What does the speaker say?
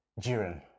Jiren